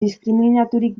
diskriminaturik